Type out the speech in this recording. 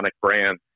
brand